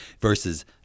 versus